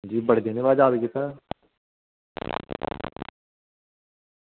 जी बड़े दिन बाद याद कीता